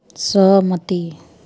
सहमति